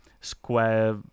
square